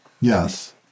Yes